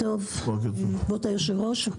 כאזרחית אני צופה בך ויישר כוח,